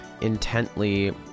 intently